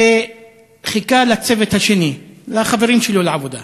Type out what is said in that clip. חיכה לצוות השני, לחברים שלו לעבודה.